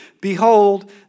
Behold